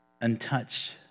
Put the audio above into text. untouched